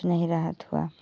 नहीं रहा थोड़ा